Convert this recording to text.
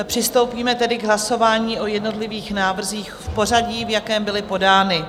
Přistoupíme tedy k hlasování o jednotlivých návrzích v pořadí, v jakém byly podány.